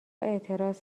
اعتراض